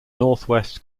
northwest